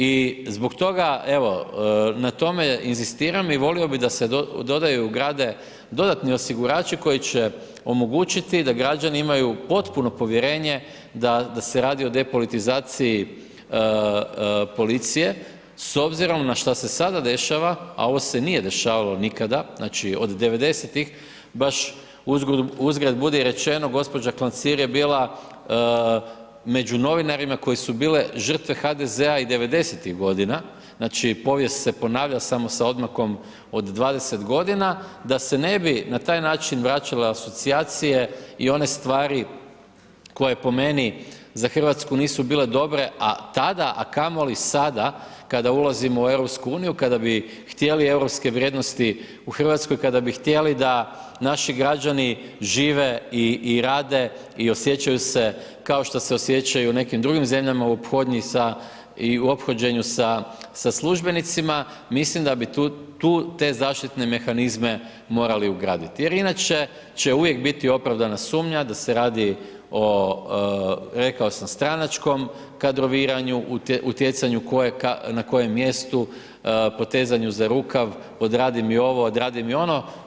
I zbog toga, evo na tome inzistiram i volio bi da se dodaju i ugrade dodatni osigurači koji će omogućiti da građani imaju potpuno povjerenje da se radi o depolitizaciji policije s obzirom na šta se sada dešava, a ovo se nije dešavalo nikada, znači od 90.-tih baš uzgred budi rečeno gđa. Klancir je bila među novinarima koje su bile žrtve HDZ-a i 90.-tih godina, znači, povijest se ponavlja, samo sa odmakom od 20.g., da se ne bi na taj način vraćala asocijacije i one stvari koje po meni za RH nisu bile dobre a tada, a kamoli sada kada ulazimo u EU, kada bi htjeli europske vrijednosti u RH, kada bi htjeli da naši građani žive i rade i osjećaju se kao što se osjećaju u nekim drugim zemljama u ophodnji sa i u ophođenju sa službenicima, mislim da bi tu te zaštitne mehanizme morali ugraditi jer inače će uvijek biti opravdana sumnja da se radi o, rekao sam, stranačkom kadroviranju, utjecanju tko je na kojem mjestu, potezanju za rukav, odradi mi ovo, odradi mi ono.